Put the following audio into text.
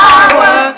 Power